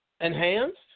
enhanced